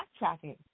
backtracking